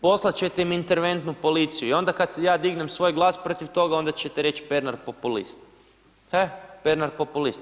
Poslat ćete im interventnu policiju i onda kad ja dignem svoj glas protiv toga onda ćete reć Pernar populist, e Pernar populist.